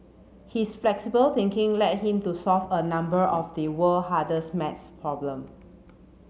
his flexible thinking led him to solve a number of the world hardest maths problem